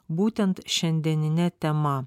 būtent šiandienine tema